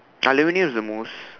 I never knew it was the most